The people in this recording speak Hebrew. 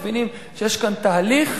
מבינים שיש כאן תהליך,